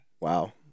Wow